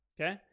Okay